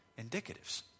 indicatives